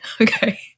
Okay